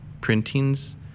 printings